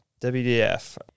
wdf